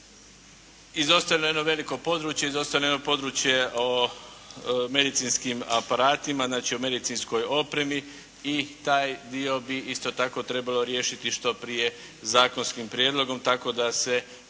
Izostavljeno je jedno veliko područje, izostavljeno je područje o medicinskim aparatima, znači o medicinskoj opremi i taj dio bi isto tako trebalo riješiti što prije zakonskim prijedlogom tako da se